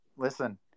Listen